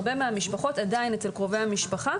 הרבה מהמשפחות עדיין אצל קרובי המשפחה